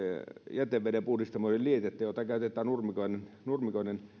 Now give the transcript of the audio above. jätevedenpuhdistamoiden lietettä ja kun sitä käytetään taajamissa nurmikoiden